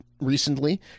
recently